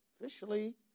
officially